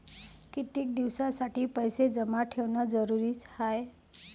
कितीक दिसासाठी पैसे जमा ठेवणं जरुरीच हाय?